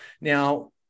Now